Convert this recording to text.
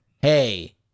Hey